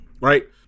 right